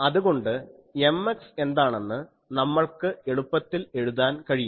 അതുകൊണ്ട് Mx എന്താണെന്ന് നമ്മൾക്ക് എളുപ്പത്തിൽ എഴുതാൻ കഴിയും